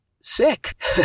sick